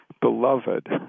Beloved